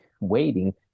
waiting